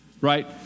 Right